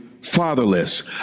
fatherless